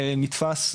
נתפס,